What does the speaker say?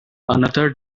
another